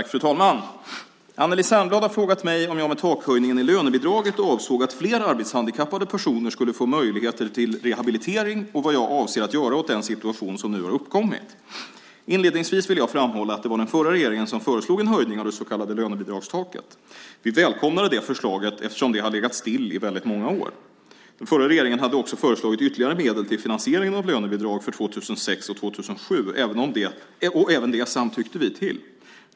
Fru talman! Anneli Särnblad har frågat mig om jag med takhöjningen i lönebidraget avsåg att fler arbetshandikappade personer skulle få möjligheter till rehabilitering och vad jag avser att göra åt den situation som nu har uppkommit. Inledningsvis vill jag framhålla att det var den förra regeringen som föreslog en höjning av det så kallade lönebidragstaket. Vi välkomnade det förslaget eftersom det har legat still i väldigt många år. Den förra regeringen hade också föreslagit ytterligare medel till finansieringen av lönebidrag för 2006 och 2007 och även det samtyckte vi till.